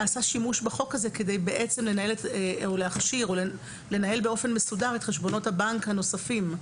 נעשה שימוש בחוק הזה כדי לנהל באופן מסודר את חשבונות הבנק הנוספים,